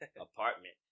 apartment